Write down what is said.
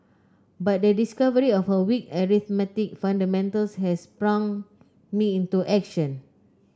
but the discovery of her weak arithmetic fundamentals has sprung me into action